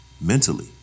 mentally